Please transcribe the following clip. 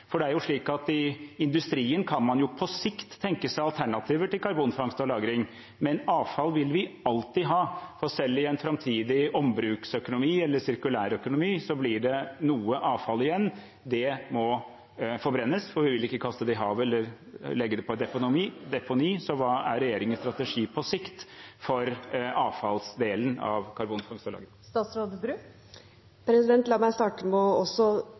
For det er jo slik at i industrien kan man på sikt tenke seg alternativer til karbonfangst og -lagring, men avfall vil vi alltid ha. Selv i en framtidig ombruksøkonomi eller sirkulærøkonomi blir det noe avfall igjen. Det må forbrennes, for vi vil ikke kaste det i havet eller legge det i et deponi. Så hva er regjeringens strategi på sikt for avfallsdelen av karbonfangst og -lagring? La meg starte med å